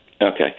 Okay